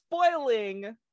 spoiling